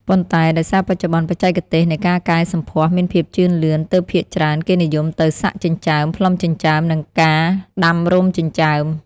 ប៉ុន្តែ ដោយសារបច្ចុប្បន្នបច្ចេកទេសនៃការកែសម្ផស្សមានភាពជឿនលឿន ទើបភាគច្រើនគេនិយមទៅ សាក់ចិញ្ចើម ផ្លុំចិញ្ចើម និងការដាំរោមចិញ្ចើម។